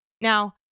Now